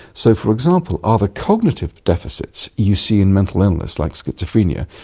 so, for example, are the cognitive deficits you see in mental illness, like schizophrenia,